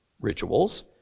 rituals